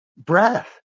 Breath